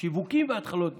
שיווקים והתחלות בנייה,